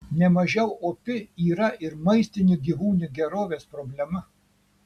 nemažiau opi yra ir maistinių gyvūnų gerovės problema